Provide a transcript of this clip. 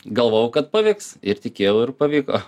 galvojau kad pavyks ir tikėjau ir pavyko